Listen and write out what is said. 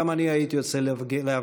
גם אני הייתי יוצא להפגין.